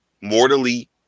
mortally